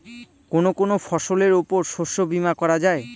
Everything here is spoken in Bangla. কোন কোন ফসলের উপর শস্য বীমা করা যায়?